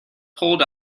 pulled